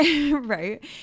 right